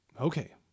Okay